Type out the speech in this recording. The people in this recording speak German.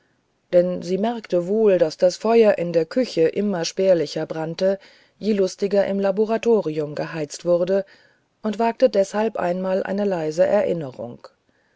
denn sie merkte wohl daß das feuer in der küche immer spärlicher brannte je lustiger im laboratorium geheizt wurde und wagte deshalb einmal eine leise erinnerung